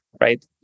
right